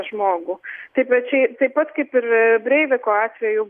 žmogų taip pačiai taip pat kaip ir breiviko atveju